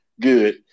good